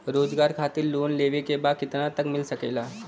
रोजगार खातिर लोन लेवेके बा कितना तक मिल सकेला?